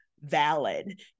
valid